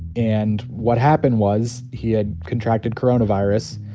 and what happened was, he had contracted coronavirus.